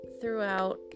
throughout